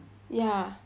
ya